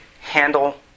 handle